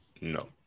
No